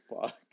fuck